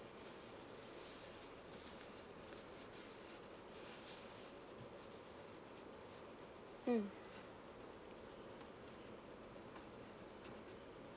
mm